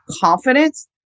confidence